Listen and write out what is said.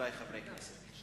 חברי חברי הכנסת,